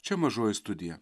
čia mažoji studija